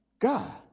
God